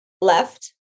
left